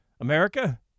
America